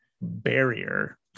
barrier